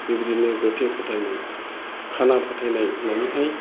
बेबायदिनो गोथै फोथायनाय खाना फोथायनाय होननानैहाय